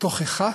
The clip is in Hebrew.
תוכחה